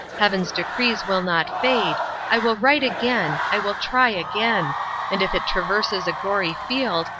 heaven's decrees will not fade i will write again i will try again and if it traverses a gory field,